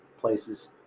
places